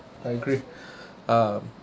I agree um